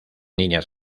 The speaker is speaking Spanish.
líneas